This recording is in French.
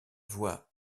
voit